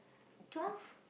twelve